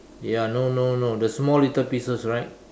ya no no no the small little pieces right